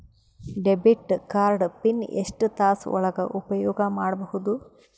Debit card PIN ಎಷ್ಟ ತಾಸ ಒಳಗ ಉಪಯೋಗ ಮಾಡ್ಬಹುದು?